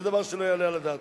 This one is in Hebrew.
זה דבר שלא יעלה על הדעת.